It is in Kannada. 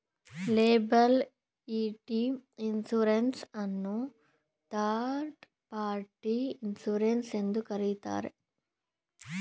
ಲೇಬಲ್ಇಟಿ ಇನ್ಸೂರೆನ್ಸ್ ಅನ್ನು ಥರ್ಡ್ ಪಾರ್ಟಿ ಇನ್ಸುರೆನ್ಸ್ ಎಂದು ಕರೆಯುತ್ತಾರೆ